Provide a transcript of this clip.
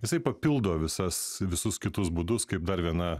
jisai papildo visas visus kitus būdus kaip dar viena